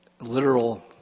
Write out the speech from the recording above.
literal